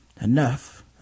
enough